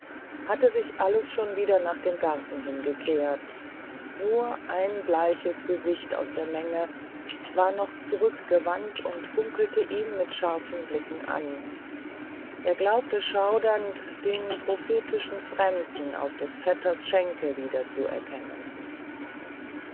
hatte sich alles schon wieder nach dem garten hingekehrt nur ein bleiches gesicht aus der menge war noch zurückgewandt und funkelte ihm mit scharfen blicken nach er glaubte schaudernd den prophetischen fremden aus des vetters schenke wiederzuerkennen